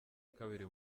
kabiri